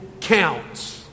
counts